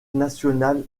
national